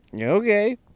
okay